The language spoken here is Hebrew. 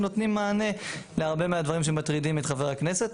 נותנים מענה להרבה מהדברים שמטרידים את חבר הכנסת.